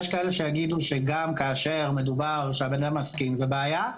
יש כאלו שיגידו שגם כאשר מדובר שהבן אדם מסכים זו בעיה.